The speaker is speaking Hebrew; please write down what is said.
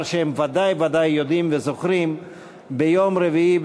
שהם ודאי וודאי יודעים וזוכרים ביום רביעי,